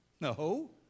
No